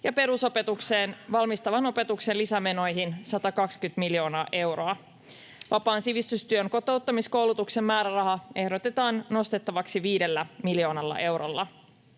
perusopetukseen valmistavan opetuksen lisämenoihin 120 miljoonaa euroa. Vapaan sivistystyön kotouttamiskoulutuksen määrärahaa ehdotetaan nostettavaksi viidellä miljoonalla eurolla.